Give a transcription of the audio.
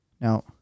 Now